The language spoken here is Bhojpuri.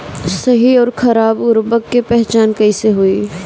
सही अउर खराब उर्बरक के पहचान कैसे होई?